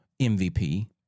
MVP